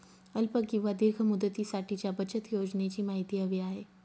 अल्प किंवा दीर्घ मुदतीसाठीच्या बचत योजनेची माहिती हवी आहे